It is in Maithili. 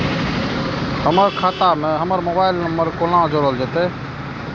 हमर खाता मे हमर मोबाइल नम्बर कोना जोरल जेतै?